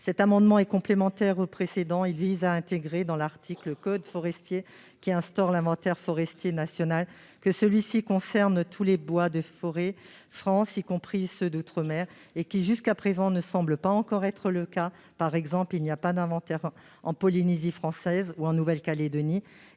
de M. Patient est complémentaire du précédent. Il vise à inscrire dans l'article du code forestier qui instaure l'inventaire forestier national que celui-ci doit concerner tous les bois et forêts de France, y compris ceux d'outre-mer, ce qui jusqu'à présent ne semble pas encore être le cas. Par exemple, il n'y a pas d'inventaire en Polynésie française ou en Nouvelle-Calédonie.